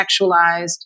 sexualized